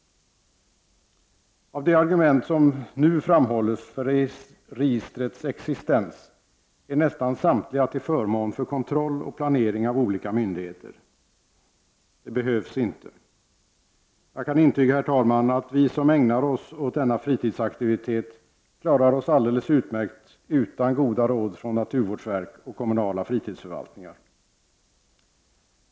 Av de argument som nu framhålls för registrets existens är nästan samtliga till förmån för kontroll och planering av olika myndigheter. Det behövs inte. Jag kan intyga, herr talman, att vi som ägnar oss åt denna fritidsaktivitet klarar oss alldeles utmärkt utan goda råd från naturvårdsverk och kommunala fritidsförvaltningar.